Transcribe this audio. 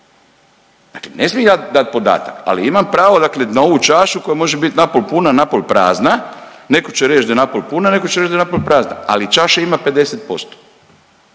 dakle ne smijem ja dat podatak, ali imam pravo dakle na ovu čašu koja može bit na pol puna, na pol prazna, neko će reć da je na pol puna, neko će reć da je na pol prazna, ali čaša ima 50%.